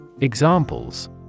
Examples